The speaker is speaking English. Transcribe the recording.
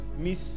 miss